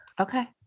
Okay